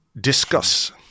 discuss